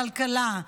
בכלכלה,